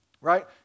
Right